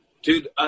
Dude